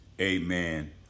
Amen